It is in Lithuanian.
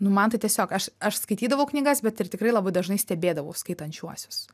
nu man tai tiesiog aš aš skaitydavau knygas bet ir tikrai labai dažnai stebėdavau skaitančiuosius